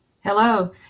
Hello